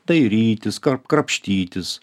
dairytis kra krapštytis